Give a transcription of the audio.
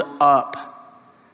up